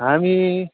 हामी